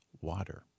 Water